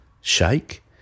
shake